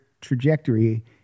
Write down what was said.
trajectory